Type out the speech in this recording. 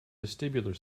vestibular